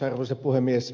arvoisa puhemies